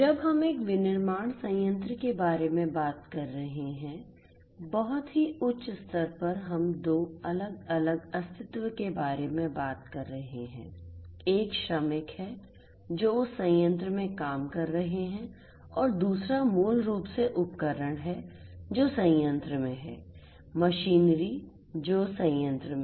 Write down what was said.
जब हम एक विनिर्माण संयंत्र के बारे में बात कर रहे हैं बहुत ही उच्च स्तर पर हम 2 अलग अलग अस्तित्व के बारे में बात कर रहे हैं एक श्रमिक है जो उस संयंत्र में काम कर रहे हैं और दूसरा मूल रूप से उपकरण हैं जो संयंत्र में हैं मशीनरी जो हैं संयंत्र में